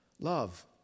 Love